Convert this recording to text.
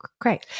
Great